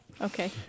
Okay